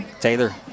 Taylor